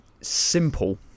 simple